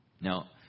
Now